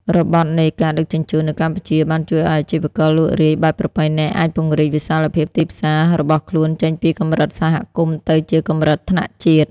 របត់នៃ ការដឹកជញ្ជូន នៅកម្ពុជា បានជួយឱ្យអាជីវករលក់រាយបែបប្រពៃណីអាចពង្រីក វិសាលភាពទីផ្សារ របស់ខ្លួនចេញពីកម្រិតសហគមន៍ ទៅជាកម្រិតថ្នាក់ជាតិ។